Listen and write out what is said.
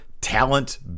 talent